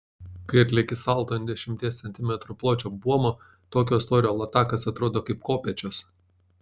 kai atlieki salto ant dešimties centimetrų pločio buomo tokio storio latakas atrodo kaip kopėčios